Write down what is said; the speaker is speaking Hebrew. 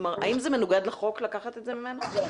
כלומר האם זה מנוגד לחוק לקחת את זה ממנו?